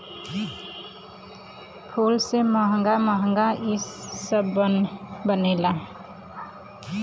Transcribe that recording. फूल से महंगा महंगा इत्र बनला